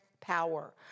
power